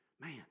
Man